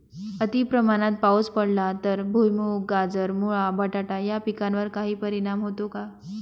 अतिप्रमाणात पाऊस पडला तर भुईमूग, गाजर, मुळा, बटाटा या पिकांवर काही परिणाम होतो का?